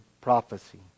prophecy